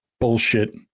bullshit